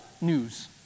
news